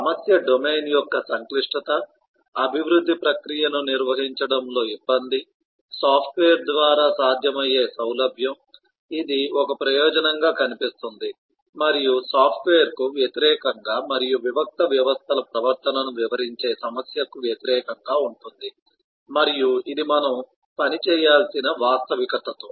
సమస్య డొమైన్ యొక్క సంక్లిష్టత అభివృద్ధి ప్రక్రియను నిర్వహించడంలో ఇబ్బంది సాఫ్ట్వేర్ ద్వారా సాధ్యమయ్యే సౌలభ్యం ఇది ఒక ప్రయోజనంగా కనిపిస్తుంది మరియు సాఫ్ట్వేర్కు వ్యతిరేకంగా మరియు వివిక్త వ్యవస్థల ప్రవర్తనను వివరించే సమస్యకు వ్యతిరేకంగా ఉంటుంది మరియు ఇది మనము పని చేయాల్సిన వాస్తవికత తో